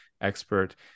expert